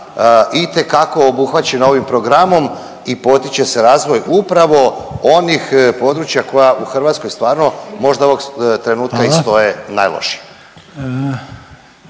itekako obuhvaćena ovim programom i potiče se razvoj upravo onih područja koja u Hrvatskoj stvarno možda ovog trenutka…/Upadica